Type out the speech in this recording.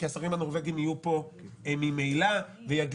כי השרים הנורבגים יהיו פה ממילא ויגיעו.